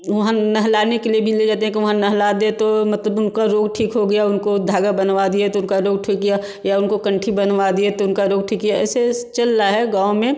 वहाँ नहलाने के लिए भी ले जाते हैं कि वहाँ नहला दे तो मतलब उनका रोग ठीक हो गया उनको धागा बनवा दिए तो उनका रोग ठीक किया या उनको कंठी बनवा दिए तो उनका रोग ठीक गया ऐसे चल रहा है गाँव में